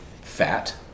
fat